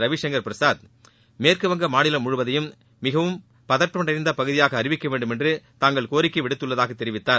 ரவிசங்கர் பிரசாத் மேற்குவங்க மாநிலம் முழுவதையும் மிகுந்த பதற்றம் நிறைந்த பகுதியாக அறிவிக்க வேண்டும் என்று தாங்கள் கோரிக்கை விடுத்துள்ளதாக தெரிவித்தார்